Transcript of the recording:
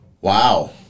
Wow